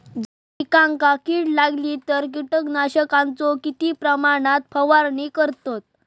जर पिकांका कीड लागली तर कीटकनाशकाचो किती प्रमाणावर फवारणी करतत?